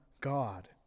God